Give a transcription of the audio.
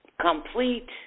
Complete